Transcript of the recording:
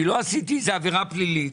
לא עשיתי איזו עבירה פלילית,